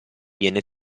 viene